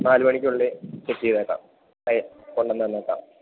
നാല് മണിക്കുള്ളില് സെറ്റ് ചെയ്തേക്കാം കൊണ്ടുവന്നുതന്നേക്കാം